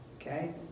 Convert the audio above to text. Okay